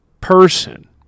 person